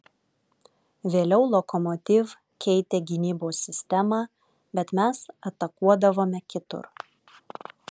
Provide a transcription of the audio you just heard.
vėliau lokomotiv keitė gynybos sistemą bet mes atakuodavome kitur